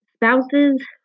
Spouses